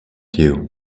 you